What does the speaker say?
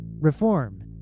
reform